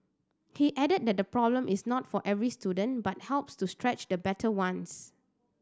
he added that the problem is not for every student but helps to stretch the better ones